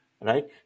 right